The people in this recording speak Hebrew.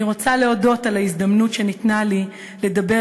אני רוצה להודות על ההזדמנות שניתנה לי לדבר